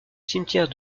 cimetière